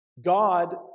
God